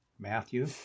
Matthew